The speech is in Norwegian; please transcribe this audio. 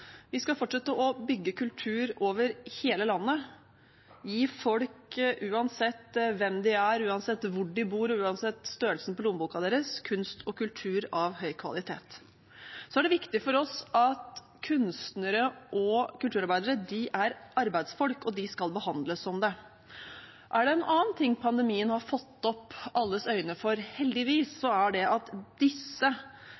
Vi skal fortsette å bygge kultur over hele landet og gi folk – uansett hvem de er, uansett hvor de bor og uansett størrelsen på lommeboka deres – kunst og kultur av høy kvalitet. Så er det viktig for oss at kunstnere og kulturarbeidere er arbeidsfolk, og de skal behandles som det. Er det en annen ting pandemien heldigvis har fått alles øyne opp for,